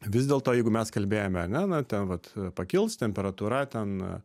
vis dėlto jeigu mes kalbėjome ar ne na ten vat pakils temperatūra ten